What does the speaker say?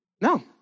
No